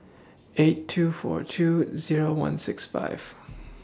eight two four two Zero one six five